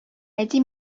әти